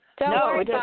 No